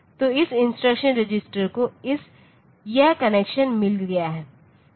तो इस instruction register को यह कनेक्शन मिल गया है